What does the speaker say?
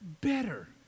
better